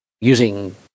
using